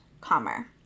calmer